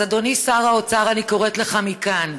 אז אדוני שר האוצר, אני קוראת לך מכאן,